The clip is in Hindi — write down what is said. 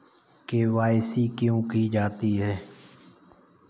के.वाई.सी क्यों की जाती है?